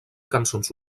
cançons